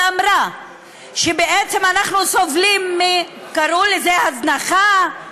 ואמרה שבעצם אנחנו סובלים קראו לזה: הזנחה.